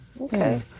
Okay